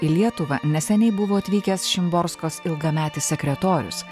į lietuvą neseniai buvo atvykęs šimborskos ilgametis sekretorius